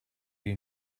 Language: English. you